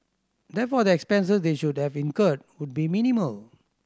therefore the expenses they should have incurred would be minimal